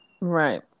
Right